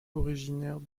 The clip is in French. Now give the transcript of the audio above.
originaire